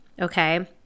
Okay